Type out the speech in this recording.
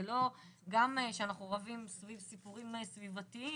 גם כשאנחנו רבים סביב סיפורים סביבתיים